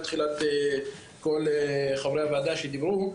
מתחילת כל חברי הוועדה שדיברו,